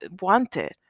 wanted